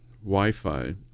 Wi-Fi